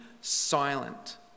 silent